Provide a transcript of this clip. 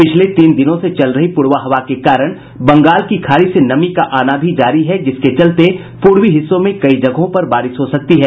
पिछले तीन दिनों से चल रही पूर्वा हवा के कारण बंगाल की खाड़ी से नमी का आना भी जारी है जिसके चलते पूर्वी हिस्सों में कई जगहों पर बारिश हो सकती है